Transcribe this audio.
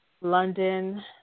London